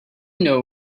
know